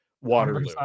Waterloo